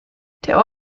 der